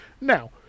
Now